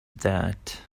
that